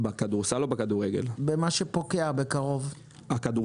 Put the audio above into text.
חוזה הכדורסל פקע כבר.